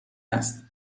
است